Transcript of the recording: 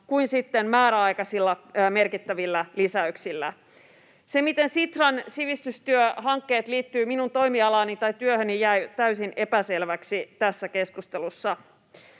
sitten määräaikaisilla merkittävillä lisäyksillä. Se, miten Sitran sivistystyöhankkeet liittyvät minun toimialaani tai työhöni, jäi täysin epäselväksi tässä keskustelussa.